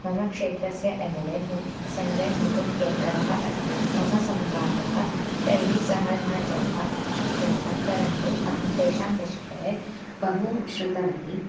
मम क्षेत्रस्य M L A मु सञ्जयः मुकुन्दः केल्करः अस्ति मम संवादः तैः सह न जातं जातं परन्तु अहं तेषां विषये बहु श्रुतवती